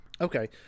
Okay